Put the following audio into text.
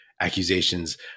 accusations